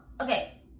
okay